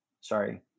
sorry